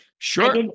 Sure